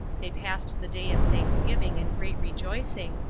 they passed the day in thanksgiving and great rejoicing,